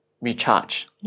recharge